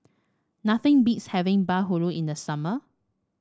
nothing beats having bahulu in the summer